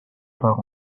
par